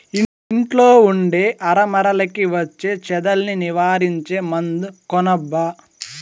ఇంట్లో ఉండే అరమరలకి వచ్చే చెదల్ని నివారించే మందు కొనబ్బా